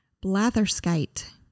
blatherskite